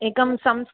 एकं संस्कृतम्